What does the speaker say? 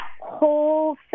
whole